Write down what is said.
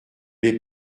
les